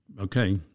okay